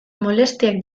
molestiak